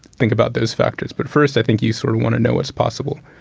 think about those factors. but first i think you sort of want to know what's possible